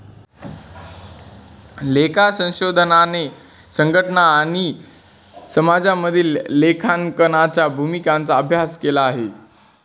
लेखा संशोधनाने संघटना आणि समाजामधील लेखांकनाच्या भूमिकांचा अभ्यास केला आहे